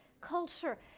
culture